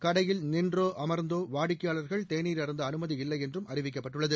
கடையில் நின்றோ அமர்ந்தோ வாடிக்கையாளர்கள் தேநீர் அருந்த அனுமதி இல்லை என்றும் அறிவிக்கப்பட்டுள்ளது